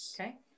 Okay